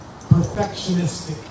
perfectionistic